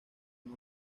una